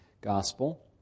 gospel